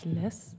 less